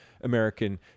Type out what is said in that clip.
American